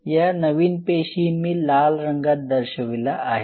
या नवीन पेशी मी लाल रंगात दर्शविल्या आहेत